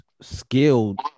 skilled